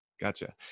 Gotcha